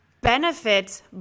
benefits